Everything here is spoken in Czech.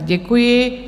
Děkuji.